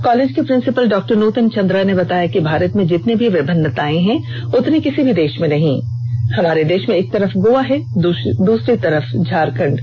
college की principal डॉ नूतन चंद्रा ने बताया कि भारत में जितनी भी विभिनताए हैं उतनी किसी भी देश में नहीं है हमारे देश में एक तरफ गोवा है तो दूसरी तरफ झारखंड है